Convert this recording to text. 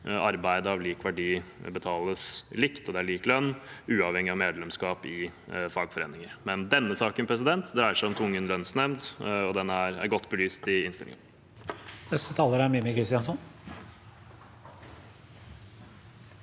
arbeid av lik verdi betales likt, og hvor det er lik lønn, uavhengig av medlemskap i fagforeninger. Men denne saken dreier seg om tvungen lønnsnemnd, og den er godt belyst i innstillingen.